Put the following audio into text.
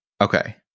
Okay